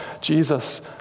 Jesus